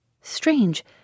Strange